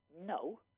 No